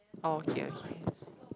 oh okay okay